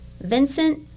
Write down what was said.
Vincent